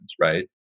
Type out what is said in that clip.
right